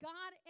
God